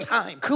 time